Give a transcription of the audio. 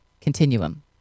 continuum